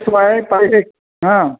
x y पाहिजे हा